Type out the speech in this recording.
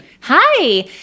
Hi